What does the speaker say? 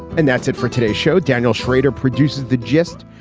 and that's it for today show. daniel schrader produces the gist.